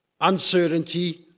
uncertainty